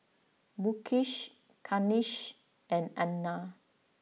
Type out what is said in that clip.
Mukesh Kanshi and Anand